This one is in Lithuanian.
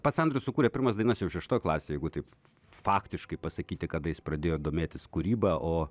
pats andrius sukūrė pirmas dainas jau šeštoj klasėj jeigu taip faktiškai pasakyti kada jis pradėjo domėtis kūryba o